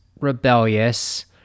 rebellious